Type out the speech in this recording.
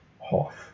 Hoth